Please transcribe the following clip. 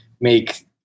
make